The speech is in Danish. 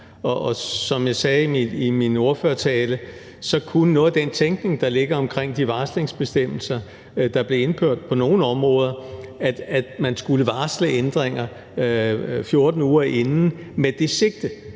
og som jeg sagde i min ordførertale, er noget af den tænkning, der ligger omkring de varslingsbestemmelser, der blev indført på nogle områder – altså at man skulle varsle ændringer 14 uger inden med det sigte,